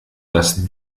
dass